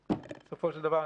בסופו של דבר,